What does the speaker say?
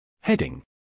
Heading